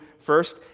first